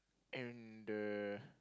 and uh